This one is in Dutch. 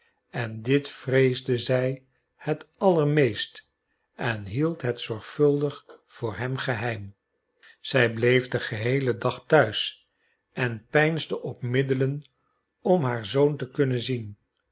en dit vreesde zij het allermeest en hield het zorgvuldig voor hem geheim zij bleef den geheelen dag thuis en peinsde op middelen om haar zoon te kunnen zien